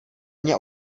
mně